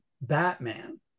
Batman